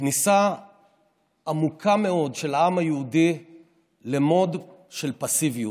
כניסה עמוקה מאוד של העם היהודי ל-mode של פסיביות,